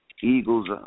eagles